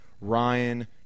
Ryan